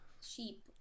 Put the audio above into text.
sheep